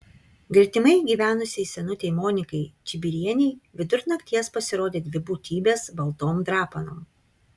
gretimai gyvenusiai senutei monikai čibirienei vidur nakties pasirodė dvi būtybės baltom drapanom